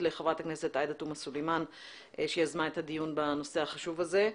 לחברת הכנסת עאידה תומא סלימאן שיזמה את הדיון בנושא החשוב הזה.